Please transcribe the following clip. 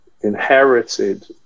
inherited